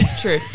true